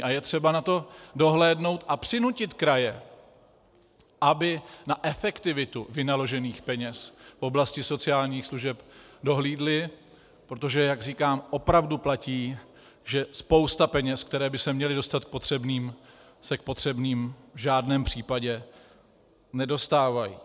A je třeba na to dohlédnout a přinutit kraje, aby na efektivitu vynaložených peněz v oblasti sociálních služeb dohlédly, protože jak říkám, opravdu platí, že spousta peněz, které by se měly dostat k potřebným, se k potřebným v žádném případě nedostávají.